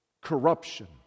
corruption